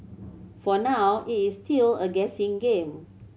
for now it's still a guessing game